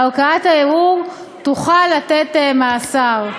ערכאת הערעור תוכל לתת מאסר,